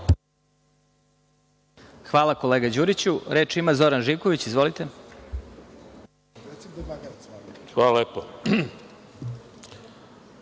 Hvala kolega Đuriću. Reč ima Zoran Živković, izvolite. **Zoran